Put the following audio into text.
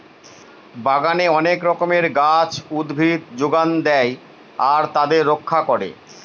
বাগানে অনেক রকমের গাছ, উদ্ভিদ যোগান দেয় আর তাদের রক্ষা করে